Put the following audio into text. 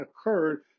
occurred